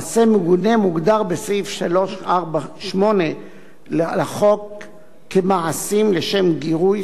מעשה מגונה מוגדר בסעיף 348 לחוק "מעשים לשם גירוי,